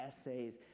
essays